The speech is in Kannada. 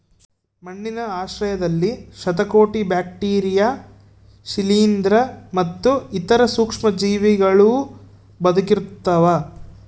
ಮಣ್ಣಿನ ಆಶ್ರಯದಲ್ಲಿ ಶತಕೋಟಿ ಬ್ಯಾಕ್ಟೀರಿಯಾ ಶಿಲೀಂಧ್ರ ಮತ್ತು ಇತರ ಸೂಕ್ಷ್ಮಜೀವಿಗಳೂ ಬದುಕಿರ್ತವ